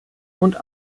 und